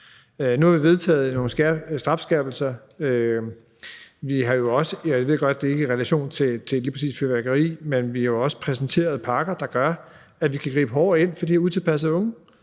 Nu har vi vedtaget nogle strafskærpelser, og jeg ved godt, at det ikke er i relation til lige præcis fyrværkeri, men vi har jo også præsenteret pakker, der giver mulighed for, at man kan gribe ind over for de utilpassede unge